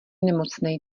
nemocnej